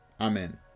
Amen